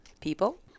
people